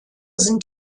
sind